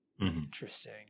Interesting